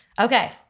Okay